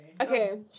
Okay